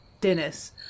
dennis